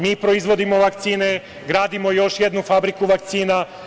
Mi proizvodimo vakcine, gradimo još jednu fabriku vakcina.